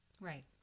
Right